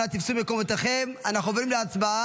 אנא תפסו מקומותיכם, אנחנו עוברים להצבעה